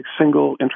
single